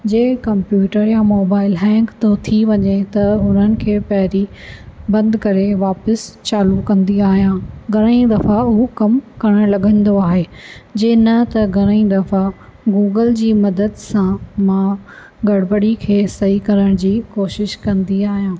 जे computer ऐं mobile hang थो थी वञे त उन्हनि खे पहिरीं बंदि करे वापसि चालू कंदी आहियां घणई दफ़ा हू कमु करणु लॻंदो आहे जे न त घणई दफ़ा गूगल जी मदद सां मां गड़बड़ी खे सही करण जी कोशिशि कंदी आहियां